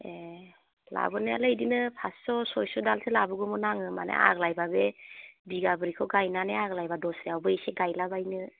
ए लाबोनायालाय बिदिनो फासस' सयस' दालसो लाबोगौमोन आङो माने आगलायबा बे बिगाब्रैखौ गायनानै आग्लायबा दस्रायावबो एसे गायलाबायनो